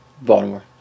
Baltimore